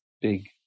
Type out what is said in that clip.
big